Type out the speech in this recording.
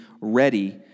ready